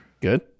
Good